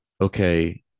okay